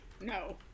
No